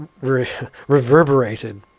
reverberated